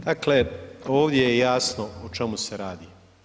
Dakle, ovdje je jasno o čemu se radi.